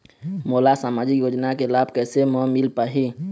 मोला सामाजिक योजना के लाभ कैसे म मिल पाही?